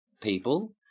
people